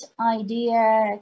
idea